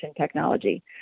technology